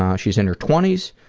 um she's in her twenty s,